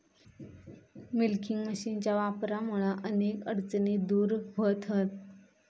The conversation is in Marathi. मिल्किंग मशीनच्या वापरामुळा अनेक अडचणी दूर व्हतहत